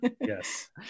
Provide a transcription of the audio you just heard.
Yes